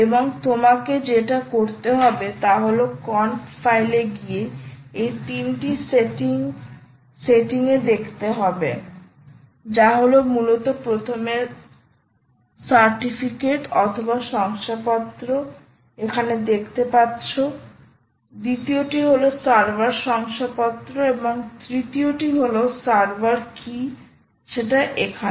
এবারে তোমাকে যেটা করতে হবে তা হল কনফ ফাইলে গিয়ে এই তিনটি সেটিং এ দেখতে হবে যা হলো মূলত প্রথমে সর্টিফিকেট অথবা শংসাপত্র এখানে দেখতে পাচ্ছ দ্বিতীয় টি হল সার্ভার শংসাপত্র এবং তৃতীয় টি হল সার্ভার কি সেটা এখানে